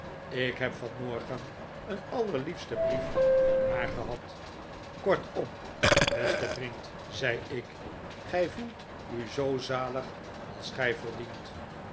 ik heb vanmorgen een allerliefsten brief van haar gehad kortom beste vriend zei ik gij voelt u zoo zalig als gij verdient